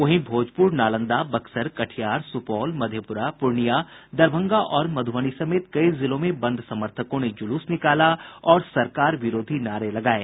वहीं भोजपुर नालंदा बक्सर कटिहार सुपौल मधेपुरा पूर्णिया दरभंगा और मधुबनी समेत कई जिलों में बंद समर्थकों ने जुलूस निकाला और सरकार विरोधी नारे लगाये